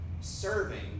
serving